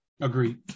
Agreed